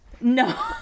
no